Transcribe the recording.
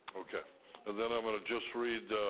okay, and then i'm gonna just read,